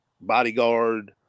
bodyguard